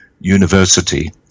university